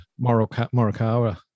Morikawa